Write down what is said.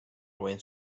went